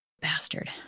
bastard